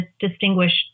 Distinguished